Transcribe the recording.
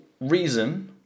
reason